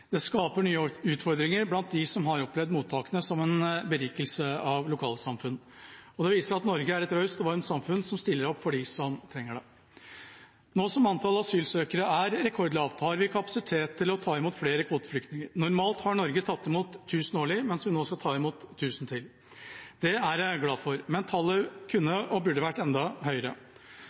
Det skaper nye utfordringer blant dem som har opplevd mottakene som en berikelse av lokalsamfunnet. Og det viser at Norge er et raust og varmt samfunn som stiller opp for dem som trenger det. Nå som antall asylsøkere er rekordlavt, har vi kapasitet til å ta imot flere kvoteflyktninger. Normalt har Norge tatt imot 1 000 årlig, mens vi nå skal ta imot 1 000 til. Det er jeg glad for, men tallet kunne og burde ha vært enda høyere.